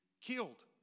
killed